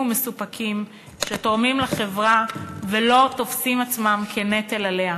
ומסופקים שתורמים לחברה ולא תופסים עצמם כנטל עליה.